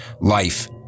life